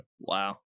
Wow